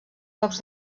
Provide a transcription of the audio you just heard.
cops